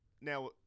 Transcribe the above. now